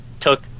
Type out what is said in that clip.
Took